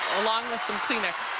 along with some kleenex